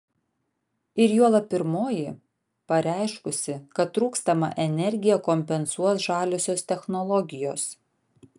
ir juolab pirmoji pareiškusi kad trūkstamą energiją kompensuos žaliosios technologijos